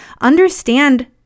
Understand